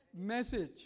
message